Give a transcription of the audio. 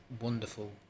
wonderful